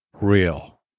real